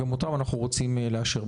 גם אותם אנחנו רוצים לאשר.